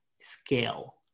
scale